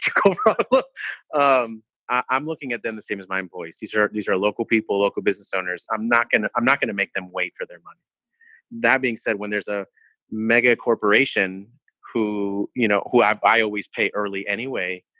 kind of look, um i'm looking at them the same as my and voice. these are these are local people, local business owners. i'm not going i'm not going to make them wait for their money that being said, when there's a mega corporation who you know, who i buy always pay early anyway,